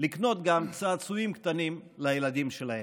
לקנות גם צעצועים קטנים לילדים שלהם.